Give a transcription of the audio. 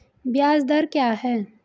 ब्याज दर क्या है?